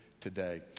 today